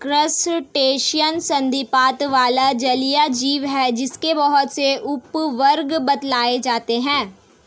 crustacean संधिपाद वाला जलीय जीव है जिसके बहुत से उपवर्ग बतलाए जाते हैं